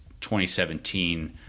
2017